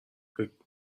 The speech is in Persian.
بکیرم